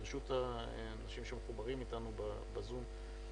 ברשות האנשים שמחוברים אתנו ב"זום",